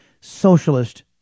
socialist